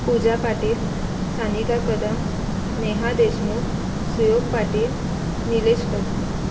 Pooja Patil Sanika Kadam Neha Deshmukh Suyog Patil Nilesh Kadam